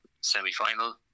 semi-final